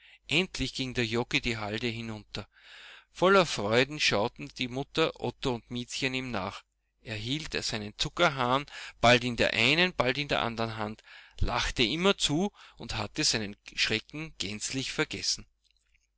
endlich ging der joggi die halde hinunter voller freuden schauten die mutter otto und miezchen ihm nach er hielt seinen zuckerhahn bald in der einen bald in der anderen hand lachte immerzu und hatte seinen schrecken gänzlich vergessen